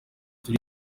turi